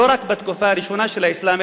לא רק בתקופה הראשונה של האסלאם,